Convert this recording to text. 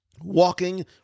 walking